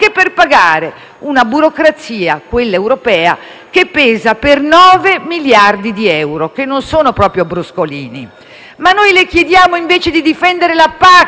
per pagare una burocrazia, quella europea, che pesa per 9 miliardi di euro, che non sono proprio bruscolini. Ma noi le chiediamo invece di difendere la PAC